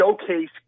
showcase